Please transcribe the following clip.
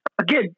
again